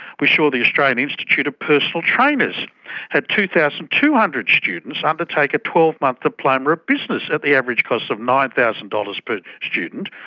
we saw the australian institute of personal trainers had two thousand two hundred students undertake a twelve month diploma of business at the average cost of nine thousand dollars per but student,